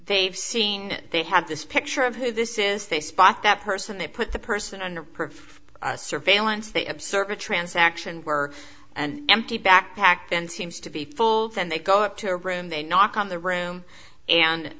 they've seen it they have this picture of who this is they spot that person they put the person under surveillance they observe a transaction were and empty backpack then seems to be full then they go up to a room they knock on the room and